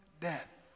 death